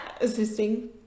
assisting